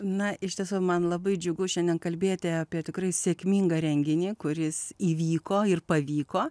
na iš tiesų man labai džiugu šiandien kalbėti apie tikrai sėkmingą renginį kuris įvyko ir pavyko